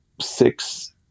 six